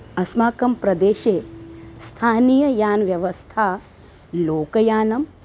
अस्माकं प्रदेशे स्थानीया व्यवस्था लोकयानम्